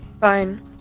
fine